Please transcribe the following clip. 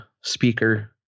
speaker